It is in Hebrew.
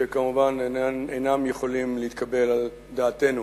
שכמובן אינם יכולים להתקבל על דעתנו.